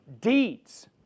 deeds